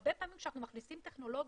הרבה פעמים כשאנחנו מכניסים טכנולוגיה,